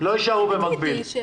לא יישארו במקביל.